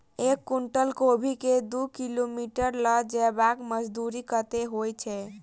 एक कुनटल कोबी केँ दु किलोमीटर लऽ जेबाक मजदूरी कत्ते होइ छै?